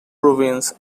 province